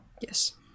Yes